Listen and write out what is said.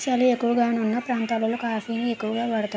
సలి ఎక్కువగావున్న ప్రాంతాలలో కాఫీ ని ఎక్కువగా వాడుతారు